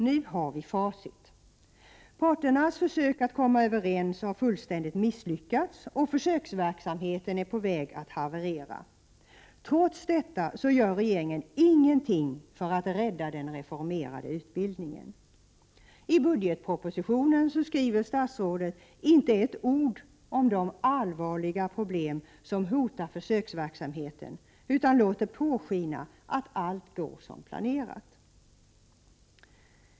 Nu har vi facit. Parternas försök att komma överens har fullständigt misslyckats och försöksverksamheten är på väg att haverera. Trots detta gör regeringen ingenting för att rädda den reformerade utbildningen. I budgetpropositionen skriver statsrådet inte ett ord om de allvarliga problem som hotar försöksverksamheten, utan han låter påskina att allt går som planerat.